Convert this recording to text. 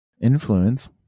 influence